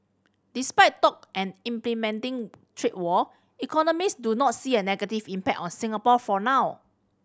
despite talk an implementing trade war economists do not see a negative impact on Singapore for now